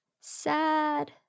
Sad